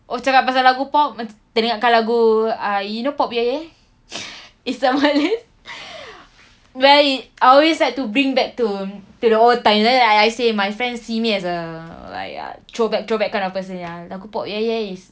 oh cakap pasal lagu pop macam teringat kalau lagu ah you know pop yeh yeh it's the malays well it I always like to bring back to to the old times then like I say my friend see me as like ah throwback throwback kind of person ya lagu pop yeh yeh is